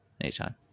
anytime